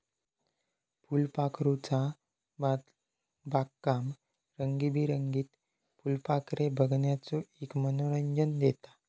फुलपाखरूचा बागकाम रंगीबेरंगीत फुलपाखरे बघण्याचो एक मनोरंजन देता